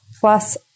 plus